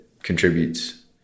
contributes